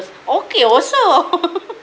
okay also